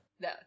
No